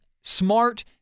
smart